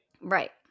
Right